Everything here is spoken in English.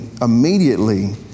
immediately